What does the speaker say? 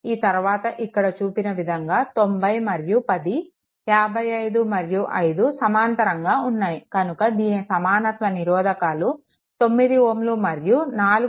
ఆ తరువాత ఇక్కడ చూపిన విధంగా 90 మరియు 10 55 మరియు 5 సమాంతరంగా ఉన్నాయి కనుక దీని సమానత్వ నిరోధకాలు 9 Ω మరియు 4